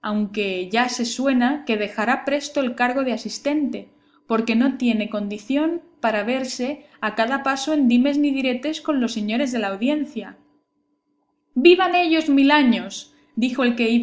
aunque ya se suena que dejará presto el cargo de asistente porque no tiene condición para verse a cada paso en dimes ni diretes con los señores de la audiencia vivan ellos mil años dijo el que iba